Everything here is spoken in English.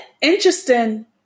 interesting